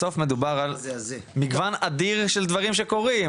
בסוף מדובר על מגוון אדיר של דברים שקורים,